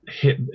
hit